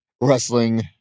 wrestling